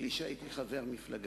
בלי שהייתי חבר מפלגה.